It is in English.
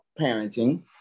parenting